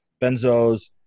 benzos